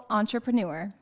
entrepreneur